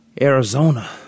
Arizona